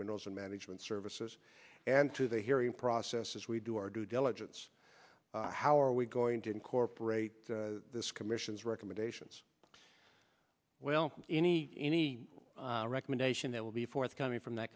minerals and management services and through the hearing process as we do our due diligence how are we going to incorporate this commission's recommendations well any any recommendation that will be forthcoming from that